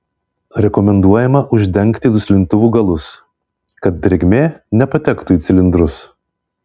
rekomenduojama uždengti duslintuvų galus kad drėgmė nepatektų į cilindrus